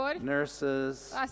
nurses